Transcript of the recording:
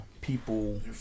people